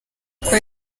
uko